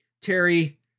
Terry